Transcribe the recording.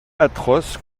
atroce